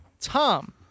Tom